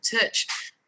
touch